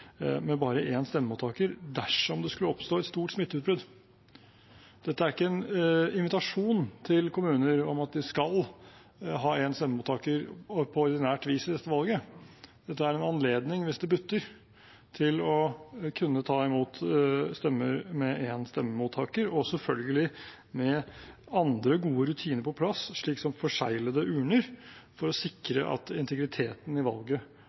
med bare én stemmemottaker, dersom det skulle oppstå et stort smitteutbrudd. Dette er ikke en invitasjon til kommuner om at de skal ha én stemmemottaker på ordinært vis i dette valget. Dette er en anledning, hvis det butter, til å kunne ta imot stemmer med én stemmemottaker – og selvfølgelig med andre gode rutiner på plass, slik som forseglede urner, for å sikre at integriteten i valget